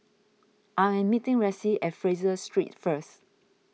I am meeting Ressie at Fraser Street first